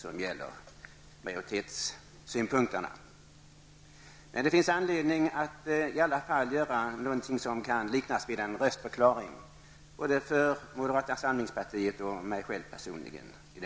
Det finns anledning för mig att göra någonting som kan liknas vid en röstförklaring både för moderata samlingspartiets del och för mig personligen.